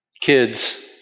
kids